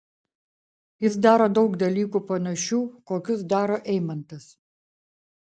jis daro daug dalykų panašių kokius daro eimantas